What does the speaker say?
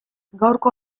gaurko